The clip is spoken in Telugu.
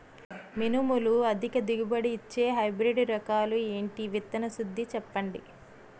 మినుములు అధిక దిగుబడి ఇచ్చే హైబ్రిడ్ రకాలు ఏంటి? విత్తన శుద్ధి చెప్పండి?